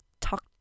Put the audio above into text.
talk